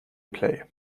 play